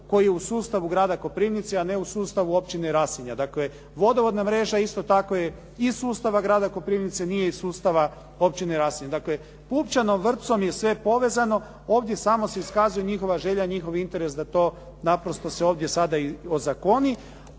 koja je u sustavu grada Koprivnice, a ne u sustavu Općine Rasinja. Dakle, vodovodna mreža isto tako je iz sustava grada Koprivnice, nije iz sustava Općine Rasinje. Dakle pupčanom vrpcom je sve povezano. Ovdje samo se iskazuje njihova želja, njihov interes da to naprosto se ovdje sada i ozakoni.